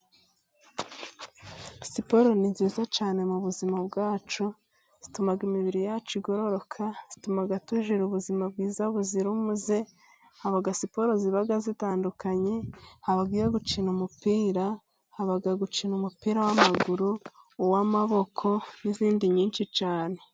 Siporo ni nziza cyane mu buzima bwacu, zituma imibiri yacu igororoka, zituma tugira ubuzima bwiza buzira umuze, haba siporo ziba zitandukanye, abagiye gukina umupira haba gukina umupira w'amaguru uw'amaboko n'indi nyinshi cyane.